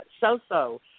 so-so